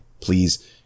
please